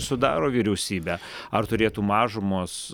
sudaro vyriausybę ar turėtų mažumos